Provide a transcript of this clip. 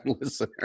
listener